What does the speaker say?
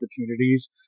opportunities